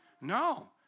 No